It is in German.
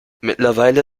mittlerweile